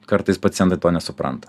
kartais pacientai to nesupranta